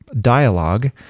dialogue